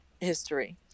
history